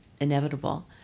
inevitable